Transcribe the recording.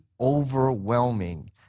overwhelming